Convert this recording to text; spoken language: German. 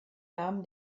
nahmen